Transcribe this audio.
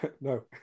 No